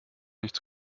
nichts